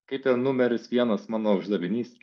kaip ten numeris vienas mano uždavinys